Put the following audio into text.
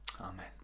Amen